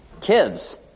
kids